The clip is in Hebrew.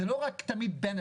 זה לא תמיד רק benefit.